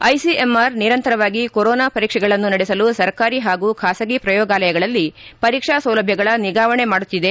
ICMR ನಿರಂತರವಾಗಿ corona ಪರೀಕ್ಷೆಗಳನ್ನು ನಡೆಸಲು ಸರ್ಕಾರಿ ಹಾಗೂ ಬಾಸಗಿ ಪ್ರಯೋಗಾಲಯಗಳಲ್ಲಿ ಪರೀಕ್ಷಾ ಸೌಲಭ್ಯಗಳ ನಿಗಾವಣೆ ಮಾಡುತ್ತಿದೆ